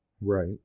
Right